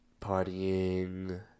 partying